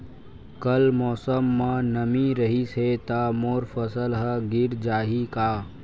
कल मौसम म नमी रहिस हे त मोर फसल ह गिर जाही का?